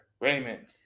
Raymond